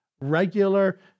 regular